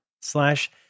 slash